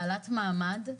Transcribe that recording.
בעלת מעמד,